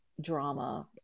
drama